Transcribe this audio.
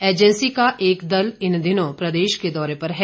agency का एक दल इन दिनों प्रदेश के दौर पर है